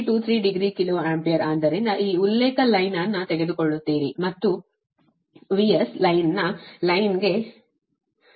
2323 degree kilo ampere ಆದ್ದರಿಂದ ಈ ಉಲ್ಲೇಖ ಲೈನ್ ಅನ್ನು ತೆಗೆದುಕೊಳ್ಳುತ್ತೀರಿ ಮತ್ತು VS ಲೈನ್ ನ ಲೈನ್ ಗೆ 5